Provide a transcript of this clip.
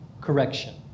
correction